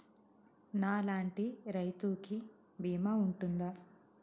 నా లాంటి రైతు కి బీమా ఉంటుందా?